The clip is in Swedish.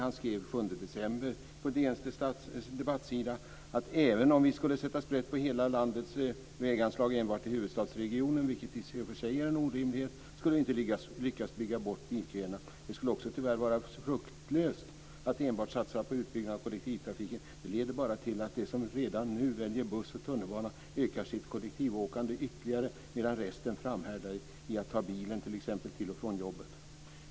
Den 7 december skrev han på DN:s debattsida: "Även om vi skulle sätta sprätt på hela landets väganslag enbart i huvudstadsregionen - vilket i och för sig är en orimlighet - skulle vi inte lyckas 'bygga bort' bilköerna. Det skulle också tyvärr vara ganska fruktlöst att enbart satsa på utbyggnad av kollektivtrafiken; det leder bara till att de som redan nu väljer buss och tunnelbana ökar sitt kollektivåkande ytterligare medan resten framhärdar i att ta bilen, till exempel till och från jobbet."